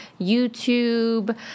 YouTube